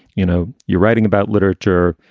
you know, you're writing about literature.